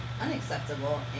Unacceptable